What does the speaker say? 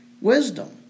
wisdom